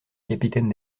capitaine